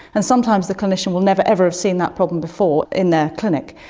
and sometimes the clinician will never, ever have seen that problem before in their clinic.